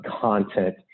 content